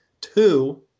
Two